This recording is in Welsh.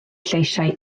lleisiau